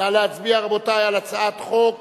נא להצביע, רבותי, על הצעת חוק